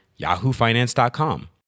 yahoofinance.com